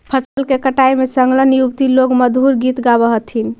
फसल के कटाई में संलग्न युवति लोग मधुर गीत गावऽ हथिन